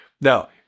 Now